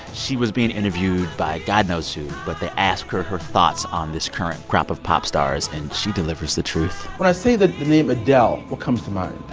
she was being interviewed by god knows who. but they ask her her thoughts on this current crop of pop stars, and she delivers the truth when i say the name adele, what comes to mind?